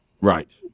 Right